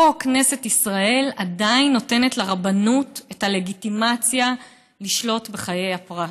פה כנסת ישראל עדיין נותנת לרבנות את הלגיטימציה לשלוט בחיי הפרט,